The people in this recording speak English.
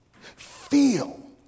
feel